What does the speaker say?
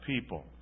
people